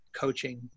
coaching